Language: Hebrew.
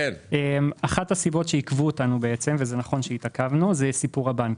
אחת הסיבות שעיכבו אותנו ונכון שהתעכבנו היא סיפור הבנקים,